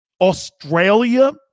Australia